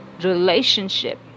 relationship